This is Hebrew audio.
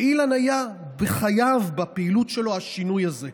ואילן היה בחייו, בפעילות שלו, השינוי הזה.